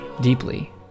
deeply